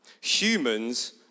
Humans